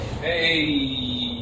Hey